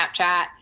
Snapchat